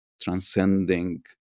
transcending